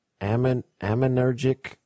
aminergic